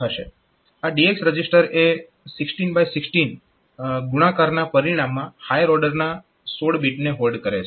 આ DX register એ 16x16 ગુણાકારના પરિણામમાં હાયર ઓર્ડરના 16 બીટને હોલ્ડ કરે છે